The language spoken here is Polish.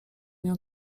nią